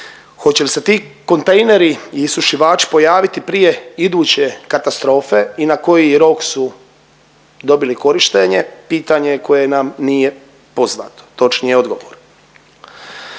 Hoće li se ti kontejneri i isušivači pojaviti prije iduće katastrofe i na koji rok su dobili korištenje, pitanje je koje nam nije poznato, točnije odgovor.